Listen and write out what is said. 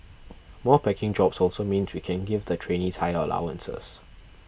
more packing jobs also means we can give the trainees higher allowances